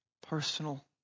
personal